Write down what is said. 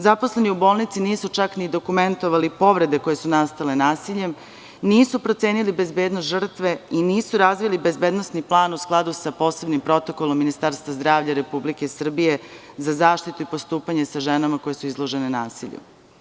Zaposleni u bolnici nisu čak ni dokumentovali povrede koje su nastale nasiljem, nisu procenili bezbednost žrtve i nisu razvili bezbednosni plan u skladu sa posebnim protokolom Ministarstva zdravlja Republike Srbije za zaštitu i postupanje sa ženama koje su izložene nasilju.